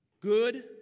Good